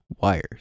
wires